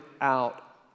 out